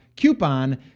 coupon